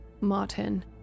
Martin